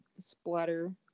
splatter